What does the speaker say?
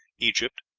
egypt,